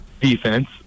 defense